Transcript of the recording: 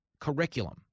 curriculum